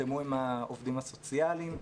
נחתמו עם העובדים הסוציאליים,